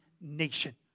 nation